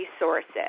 resources